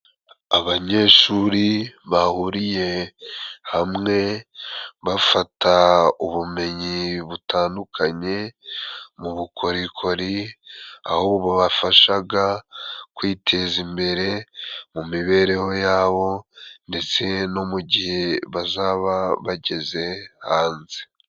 Abanyeshuri bahuriye hamwe, bafata ubumenyi butandukanye mu bukorikori, aho babafashaga kwiteza imbere, mu mibereho yabo ndetse no mu gihe bazaba bageze hanze.